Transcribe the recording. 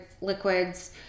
liquids